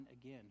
again